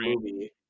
movie